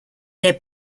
near